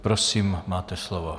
Prosím, máte slovo.